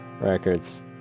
Records